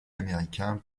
américain